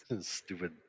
Stupid